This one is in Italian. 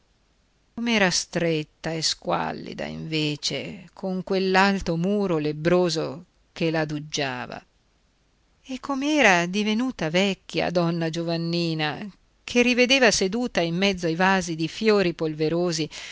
com'era stretta e squallida invece con quell'alto muro lebbroso che l'aduggiava e come era divenuta vecchia donna giovannina che rivedeva seduta in mezzo ai vasi di fiori polverosi